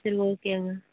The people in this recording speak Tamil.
சரி ஓகேங்க